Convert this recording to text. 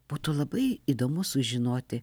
būtų labai įdomu sužinoti